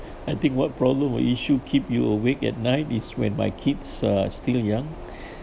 I think what problem or issue keep you awake at night is when my kids are still young